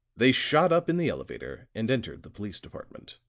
they shot up in the elevator and entered the police department.